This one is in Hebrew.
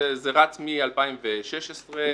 זה רץ מ-2016 וצפונה.